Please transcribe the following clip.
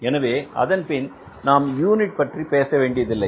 எனவே அதன்பின் நாம் யூனிட் பற்றி பேச வேண்டியதில்லை